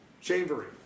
Chambery